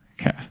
Okay